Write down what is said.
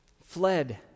fled